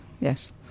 yes